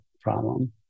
problem